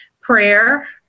prayer